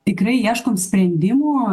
tikrai ieškom sprendimų